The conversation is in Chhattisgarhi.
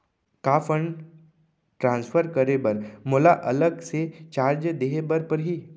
का फण्ड ट्रांसफर करे बर मोला अलग से चार्ज देहे बर परही?